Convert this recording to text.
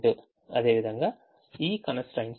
అదేవిధంగా ఈ constraints వ్రాయబడాలి